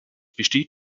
besteht